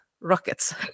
rockets